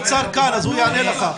נציג האוצר כאן, הוא יענה לך.